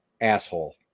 Asshole